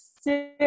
Six